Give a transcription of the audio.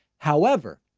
however